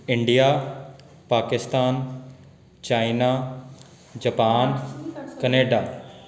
India Pakistan China Japan Canada